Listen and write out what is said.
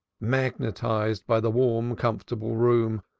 magnetized by the warm comfortable room,